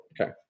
okay